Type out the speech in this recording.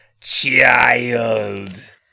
child